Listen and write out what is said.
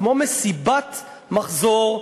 כמו מסיבת מחזור,